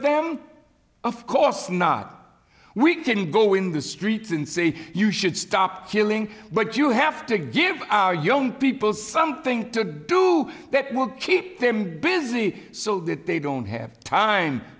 them of course not we can go in the streets and say you should stop killing but you have to give our young people something to do that will keep them busy so that they don't have time